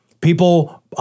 People